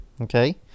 Okay